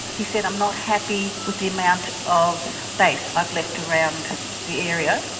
he said i'm not happy with the amount of space i've left around the area,